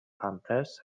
panthers